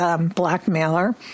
Blackmailer